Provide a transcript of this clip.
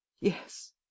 yes